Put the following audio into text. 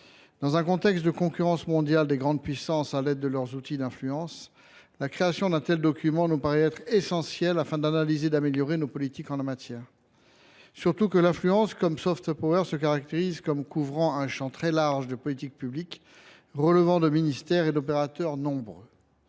se livrent à une concurrence mondiale à l’aide de leurs outils d’influence, la création d’un tel document nous paraît essentielle aux fins d’analyser et d’améliorer nos politiques en la matière, d’autant que l’influence comme se caractérise comme couvrant un champ très large de politiques publiques relevant de ministères et d’opérateurs nombreux